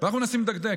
ואנחנו מנסים לדקדק.